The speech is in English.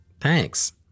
Thanks